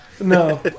No